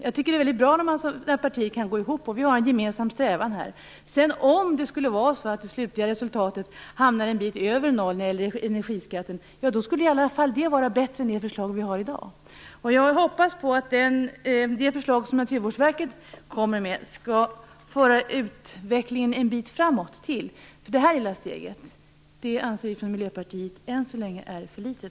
Jag tycker att det är väldigt bra när partier kan gå ihop och ha en gemensam strävan. Om det skulle vara så att det slutliga resultatet hamnar en bit över noll när det gäller energiskatten skulle det i alla fall vara bättre än det förslag vi har i dag. Jag hoppas på att det förslag som Naturvårdsverket kommer med skall föra utvecklingen ytterligare en bit framåt, för det här lilla steget anser vi i Miljöpartiet är för litet än så länge.